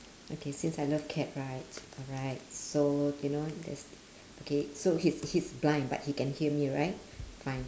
okay since I love cat right alright so you know there's okay he's he's blind but he can hear me right fine